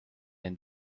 end